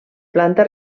planta